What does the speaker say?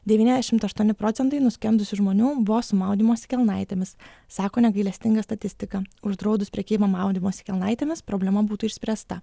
devyniasdešimt aštuoni procentai nuskendusių žmonių buvo su maudymosi kelnaitėmis sako negailestinga statistika uždraudus prekybą maudymosi kelnaitėmis problema būtų išspręsta